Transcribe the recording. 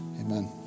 amen